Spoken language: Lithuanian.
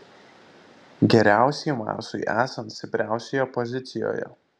geriausiai marsui esant stipriausioje pozicijoje